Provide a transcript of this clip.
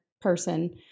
person